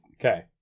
Okay